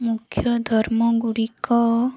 ମୁଖ୍ୟ ଧର୍ମଗୁଡ଼ିକ